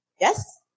Yes